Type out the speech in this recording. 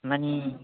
मानि